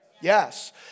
Yes